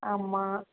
ஆமாம்